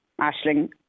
Ashling